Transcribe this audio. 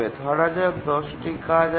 ধরা যাক ১০ টি কাজ আছে